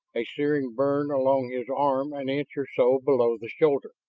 a searing burn along his arm an inch or so below the shoulder